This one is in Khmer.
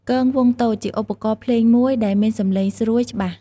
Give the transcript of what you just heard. គងវង់តូច ជាឧបករណ៍ភ្លេងមួយដែលមានសំឡេងស្រួយ ច្បាស់។